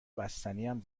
بستنیم